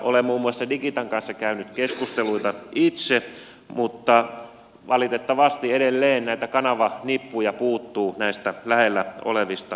olen muun muassa digitan kanssa käynyt keskusteluja itse mutta valitettavasti edelleen näitä kanavanippuja puuttuu näistä lähellä olevista antenneista